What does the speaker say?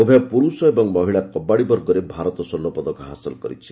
ଉଭୟ ପୁରୁଷ ଓ ମହିଳା କବାଡ଼ି ବର୍ଗରେ ଭାରତ ସ୍ୱର୍ଷପଦକ ହାସଲ କରିଛି